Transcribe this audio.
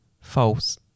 false